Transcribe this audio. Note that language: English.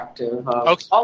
Okay